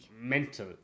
mental